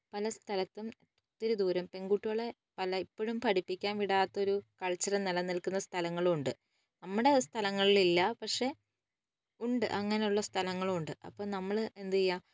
പല സ്ഥലത്തും ഒത്തിരി ദൂരം പെൺകുട്ടികളെ അല്ല ഇപ്പോഴും പഠിപ്പിക്കാൻ വിടാത്തൊരു കൾച്ചർ നിലനിൽക്കുന്ന സ്ഥലങ്ങളുണ്ട് നമ്മുടെ സ്ഥലങ്ങളിൽ ഇല്ല പക്ഷെ ഉണ്ട് അങ്ങനെയുള്ള സ്ഥലങ്ങളും ഉണ്ട് അപ്പോൾ നമ്മൾ എന്ത് ചെയ്യുക